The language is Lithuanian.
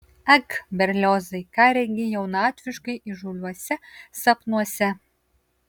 ak berliozai ką regi jaunatviškai įžūliuose sapnuose